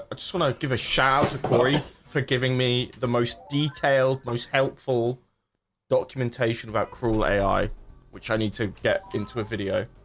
but just wanna give a shout-out to quarry for giving me the most detailed most helpful documentation about cruel ai which i need to get into a video